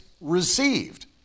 received